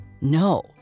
No